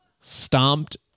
stomped